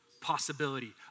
possibility